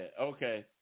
Okay